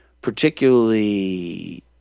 particularly